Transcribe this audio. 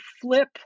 flip